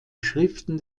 schriften